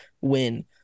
win